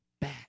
back